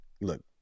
look